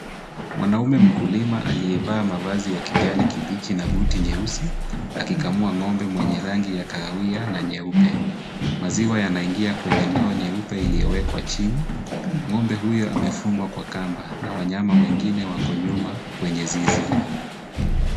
Mwanaume mkulima aliyevaa mavazi ya kijani kibichi na buti nyeusi akikamua ng'ombe mwenye rangi ya kahawai na nyeupe. Maziwa yanaingia kwenye ndoo nyeupe iliyo wekwa chini. Ng'ombe huyo amefungwa kwa kamba na wanyama wengine wako nyuma kwenye zizi.